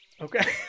Okay